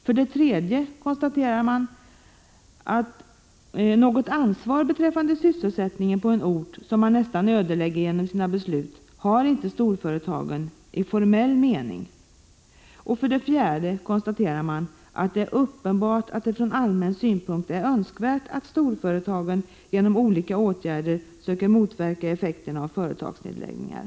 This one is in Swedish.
För det tredje konstateras att något ansvar beträffande sysselsättningen på en ort, som man nästan ödelägger genom sina beslut, har inte storföretagen i formell mening. För det fjärde konstaterar utskottet att det är uppenbart att det från allmän synpunkt är önskvärt att storföretagen genom olika åtgärder söker motverka effekterna av företagsnedläggningar.